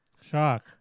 Shock